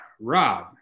Rob